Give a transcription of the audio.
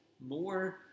more